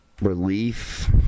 relief